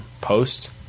post